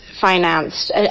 financed